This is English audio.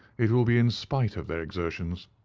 it will be in spite of their exertions.